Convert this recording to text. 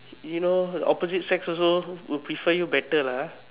you know opposite sex also will prefer you better lah